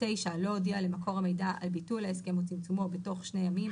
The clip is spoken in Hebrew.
לא הודיע למקור המידע על ביטול ההסכם או צמצומו בתוך שני ימים,